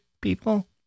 people